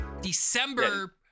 December